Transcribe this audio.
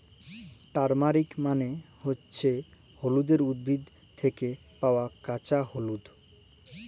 turmeric মালে হচ্যে হল্যদের উদ্ভিদ থ্যাকে পাওয়া কাঁচা হল্যদ